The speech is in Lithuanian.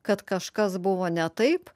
kad kažkas buvo ne taip